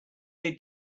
they